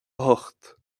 hocht